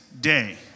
Day